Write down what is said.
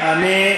אני